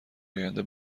آینده